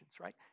right